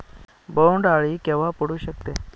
बोंड अळी केव्हा पडू शकते?